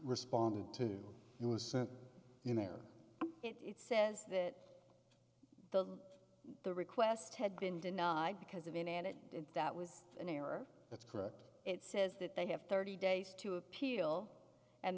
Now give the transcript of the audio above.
responded to it was sent in there it says that the the request had been denied because of it and it that was an error that's correct it says that they have thirty days to appeal